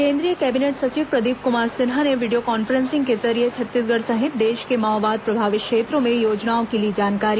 केंद्रीय कैबिनेट सचिव प्रदीप कुमार सिन्हा ने यीडियो कॉन्फ्रेंसिंग के जरिये छत्तीसगढ़ सहित देश के माओवाद प्रभावित क्षेत्रों में योजनाओं की ली जानकारी